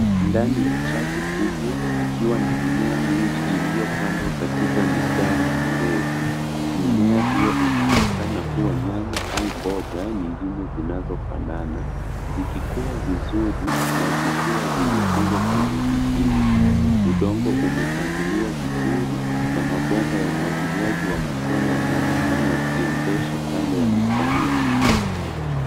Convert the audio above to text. Ndani ya chafu kubwa ikiwa na mimea mingi iliyopandwa katika mistari mirefu. Mimea hiyo inaonekana kuwa nyanya au mboga nyingine zinazofanana zikikuwa vizuri na zikiwa zimefungwa kwenye vigingi. Udongo umepangiliwa vizuri na mabomba ya umwagiliaji wa matone yanayoonekana yakiendesha kando ya mistari ya mimea.